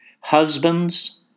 Husbands